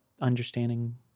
understanding